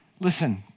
Listen